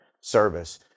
service